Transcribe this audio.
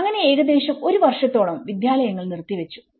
അങ്ങനെ ഏകദേശം ഒരുവർഷത്തോളം വിദ്യാലയങ്ങൾ നിർത്തിവെച്ചു